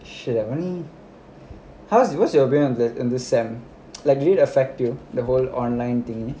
shit I'm only I ask you what's your view for this semester likely to affect you the whole online thing